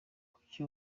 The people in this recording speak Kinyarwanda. kuki